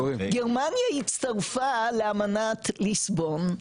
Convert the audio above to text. גרמניה הצטרפה לאמנת ליסבון,